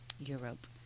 Europe